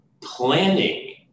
Planning